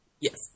Yes